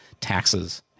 taxes